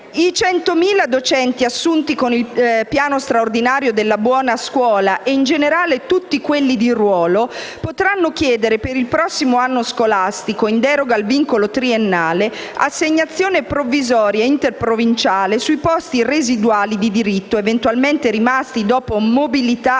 i 100.000 docenti assunti con il piano straordinario della buona scuola e in generale tutti quelli di ruolo potranno chiedere per il prossimo anno scolastico, in deroga al vincolo triennale, assegnazione provvisoria interprovinciale sui posti residuali di diritto eventualmente rimasti dopo mobilità e